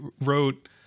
wrote